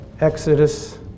Exodus